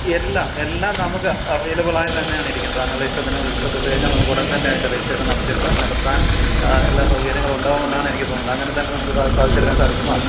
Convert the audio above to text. എല്ലാം എല്ലാം നമുക്ക് അവൈലബിളായി തന്നെയാണ് ഇരിക്കുന്നത് താങ്കളുടെ ഇഷ്ടത്തിന് ഇഷ്ടപ്പെട്ട് കഴിഞ്ഞാല് നമുക്കുടന് തന്നെ അതിൻ്റെ രജിസ്ട്രേഷന് നടത്തിയിട്ട് നടത്താന് എല്ലാ സൗകര്യങ്ങളും ഉണ്ടാകുമെന്നാണ് എനിക്ക് തോന്നുന്നത് അങ്ങനെ തന്നെ നമുക്ക് സാധിച്ചെടുക്കാന് സാധിക്കും ആ